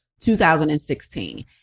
2016